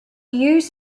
use